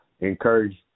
encourage